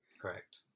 Correct